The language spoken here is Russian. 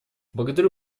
благодарю